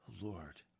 Lord